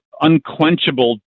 unquenchable